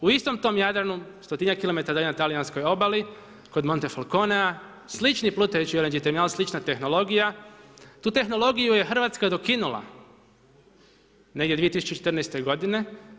U istom tom Jadranu 100-tinjak kilometara dalje na talijanskoj obali kod Montefalconea, slični plutajući LNG terminal, slična tehnologija, tu tehnologiju je Hrvatska dokinula negdje 2014. godine.